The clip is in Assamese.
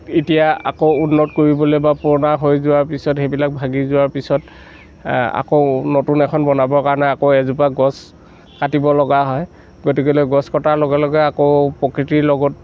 এতিয়া আকৌ উন্নত কৰিবলৈ বা পুৰণা হৈ যোৱাৰ পিছত সেইবিলাক ভাগি যোৱাৰ পিছত আকৌ নতুন এখন বনাবৰ বাবে আকৌ নতুন এজোপা গছ কাটিব লগা হয় গতিকে গছ কটাৰ লগে লগে আকৌ প্ৰকৃতিৰ লগত